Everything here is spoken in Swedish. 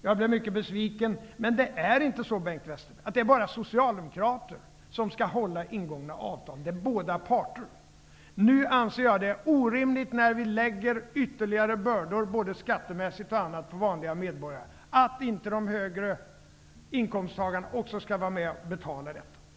Jag blev mycket besviken. Men det är inte bara socialdemokrater som skall hålla ingångna avtal. Det är båda parter. Nu anser jag att det är orimligt när vi lägger ytterligare bördor, både skattemässigt och på annat sätt, på vanliga medborgare att inte de högre inkomsttagarna också skall vara med och betala detta.